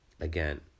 Again